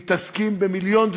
מתעסקים במיליון דברים,